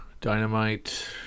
dynamite